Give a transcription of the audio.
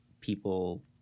people